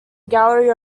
gallery